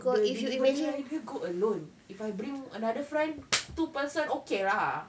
the delivery rider go along if I bring another friend two person okay lah